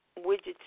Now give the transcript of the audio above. widgets